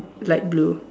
light blue